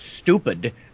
stupid